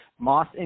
Moss &